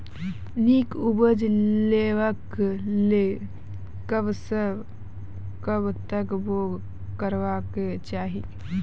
नीक उपज लेवाक लेल कबसअ कब तक बौग करबाक चाही?